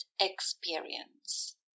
experience